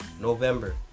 November